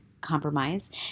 Compromise